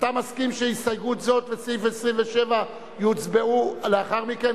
אתם מסכים שעל הסתייגות זו לסעיף 27 יצביעו לאחר מכן,